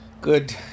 good